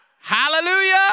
Hallelujah